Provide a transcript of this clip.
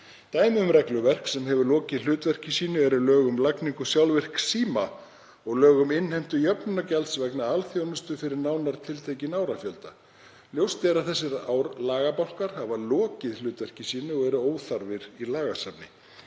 dæmi um regluverk sem hefur lokið hlutverki sínu eru lög um lagningu sjálfvirks síma og lög um innheimtu jöfnunargjalds vegna alþjónustu fyrir nánar tiltekinn árafjölda. Ljóst er að þeir lagabálkar hafa lokið hlutverki sínu og eru óþarfir í lagasafni.